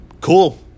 cool